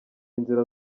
inzira